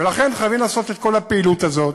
ולכן חייבים לעשות את כל הפעילות הזאת,